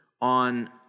on